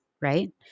right